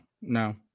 no